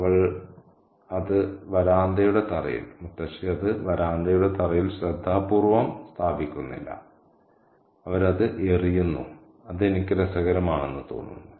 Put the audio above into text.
അവൾ അത് വരാന്തയുടെ തറയിൽ ശ്രദ്ധാപൂർവ്വം സ്ഥാപിക്കുന്നില്ല അവൾ അത് എറിയുന്നു അത് എനിക്ക് രസകരമാണെന്ന് തോന്നുന്നു